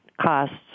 costs